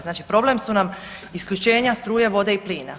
Znači problem su nam isključenja struje, vode i plina.